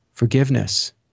Forgiveness